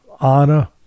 honor